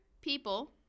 people